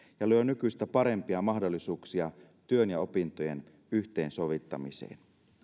ja luo nykyistä parempia mahdollisuuksia työn ja opintojen yhteensovittamiseen